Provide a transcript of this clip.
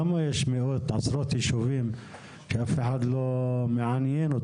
למה יש עשרות יישובים שהקיום שלהם לא מעניין אף אחד?